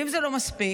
אם זה לא מספיק,